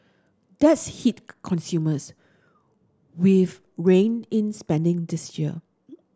that's hit consumers we've reined in spending this year